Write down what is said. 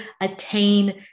attain